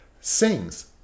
sings